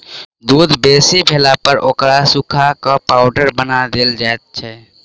दूध बेसी भेलापर ओकरा सुखा क पाउडर बना देल जाइत छै